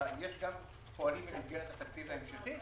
ופועלים במסגרת התקציב ההמשכי.